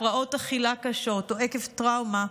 הפרעות אכילה קשות או עקב טראומה,